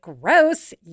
gross